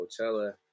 Coachella